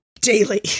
Daily